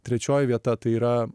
trečioji vieta tai yra